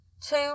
Two